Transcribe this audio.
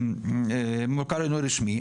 מוכר לנו רשמי,